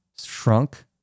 shrunk